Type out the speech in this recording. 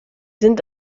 sind